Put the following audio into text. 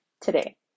today